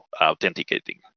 authenticating